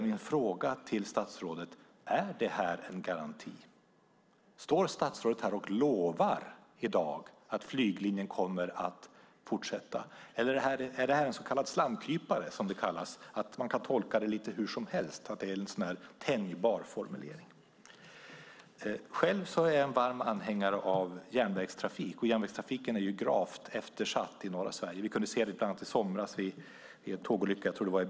Min fråga till statsrådet är: Är det en garanti? Står statsrådet här och lovar att flyglinjen kommer att fortsätta? Eller är det en så kallad slamkrypare och något som man kan tolka lite hur som helst? Är det en tänjbar formulering? Jag är varm anhängare av järnvägstrafik. Järnvägstrafiken är ju gravt eftersatt i norra Sverige. Vi kunde se det i somras när det var en olycka i Bräcke, tror jag.